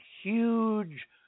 huge